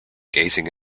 gazing